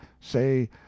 say